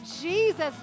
Jesus